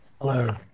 Hello